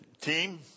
team